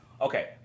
Okay